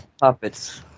puppets